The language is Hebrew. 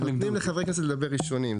נותנים לחברי כנסת לדבר ראשונים.